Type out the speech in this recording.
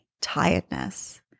tiredness